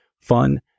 fun